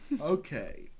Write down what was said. Okay